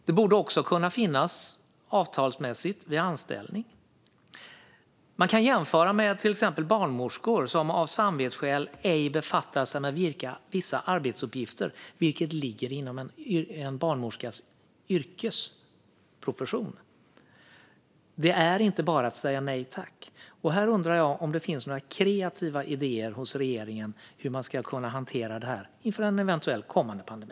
Det borde också kunna finnas med avtalsmässigt vid anställning. Man kan jämföra detta med till exempel barnmorskor som av samvetsskäl ej befattar sig med vissa arbetsuppgifter som ligger inom en barnmorskas profession. Det är inte bara att säga nej tack. Jag undrar om det finns några kreativa idéer hos regeringen när det gäller hur man ska hantera det här inför en eventuell kommande pandemi.